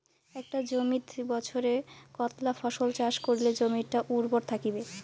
একটা জমিত বছরে কতলা ফসল চাষ করিলে জমিটা উর্বর থাকিবে?